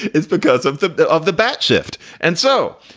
it's because of the the of the bat shift. and so,